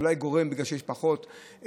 הגורם לזה הוא אולי בגלל שיש פחות מכוניות,